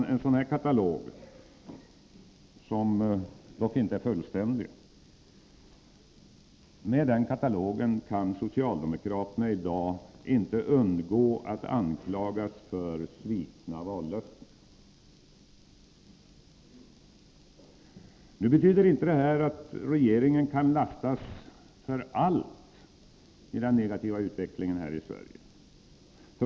Med en sådan katalog — som inte är fullständig — kan socialdemokraterna i dag inte undgå att anklagas för svikna vallöften. Nu betyder inte detta att regeringen kan lastas för allt i den negativa utvecklingen här i Sverige.